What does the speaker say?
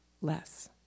less